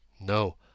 No